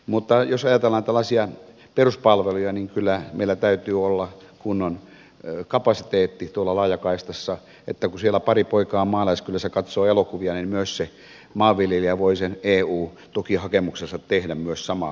mutta jos ajatellaan tällaisia peruspalveluja niin kyllä meillä täytyy olla kunnon kapasiteetti tuolla laajakaistassa niin että kun siellä pari poikaa maalaiskylässä katsoo elokuvia niin myös se maanviljelijä voi sen eu tukihakemuksensa tehdä samaan aikaan